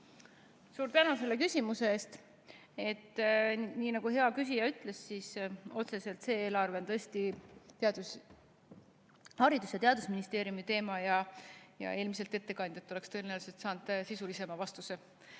Suur tänu selle küsimuse eest! Nii nagu hea küsija ütles, otseselt on see eelarve tõesti Haridus- ja Teadusministeeriumi teema ja eelmiselt ettekandjalt oleks tõenäoliselt saanud sisulisema vastuse.